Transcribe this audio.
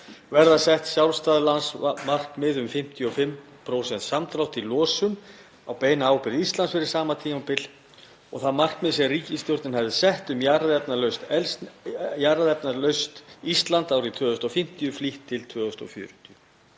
verða sett sjálfstæð landsmarkmið um 55% samdrátt í losun á beinni ábyrgð Íslands fyrir sama tímabil og því markmiði sem ríkisstjórnin hafði sett um jarðefnalaust Ísland árið 2050 verður flýtt til 2040.